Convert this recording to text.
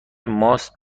ماست